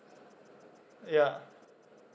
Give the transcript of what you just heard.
ya